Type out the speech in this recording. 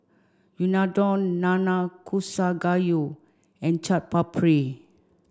Unadon Nanakusa Gayu and Chaat Papri